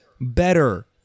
better